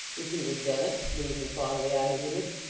repeated dennis, gazing fondly on his image.